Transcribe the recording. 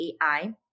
AI